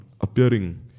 appearing